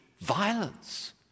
Violence